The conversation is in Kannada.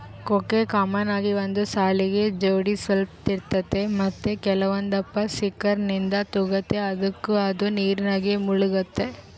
ಕೊಕ್ಕೆ ಕಾಮನ್ ಆಗಿ ಒಂದು ಸಾಲಿಗೆ ಜೋಡಿಸಲ್ಪಟ್ಟಿರ್ತತೆ ಮತ್ತೆ ಕೆಲವೊಂದಪ್ಪ ಸಿಂಕರ್ನಿಂದ ತೂಗ್ತತೆ ಅದುಕ ಅದು ನೀರಿನಾಗ ಮುಳುಗ್ತತೆ